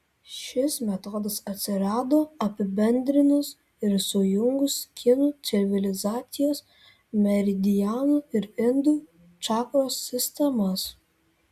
šis metodas atsirado apibendrinus ir sujungus kinų civilizacijos meridianų ir indų čakros sistemas